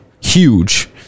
huge